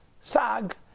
sag